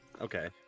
okay